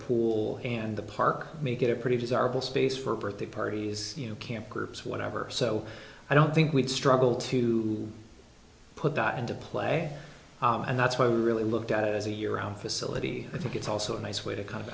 pool and the park make it a pretty desirable space for birthday parties you know can't groups whatever so i don't think we'd struggle to put that into play and that's why we really looked at it as a year round facility i think it's also a nice way to kind of